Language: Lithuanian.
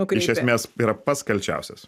iš esmės yra pats kalčiausias